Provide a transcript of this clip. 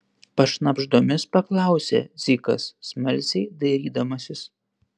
pašnabždomis paklausė dzikas smalsiai dairydamasis